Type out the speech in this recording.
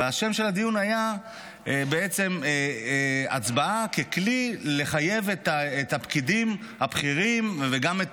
והשם של הדיון היה "הצבעה" ככלי לחייב את הפקידים הבכירים וגם את